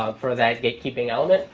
ah for that gatekeeping element.